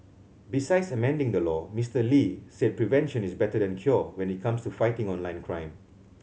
besides amending the law Mister Lee said prevention is better than cure when it comes to fighting online crime